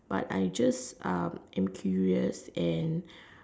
but I just am curious and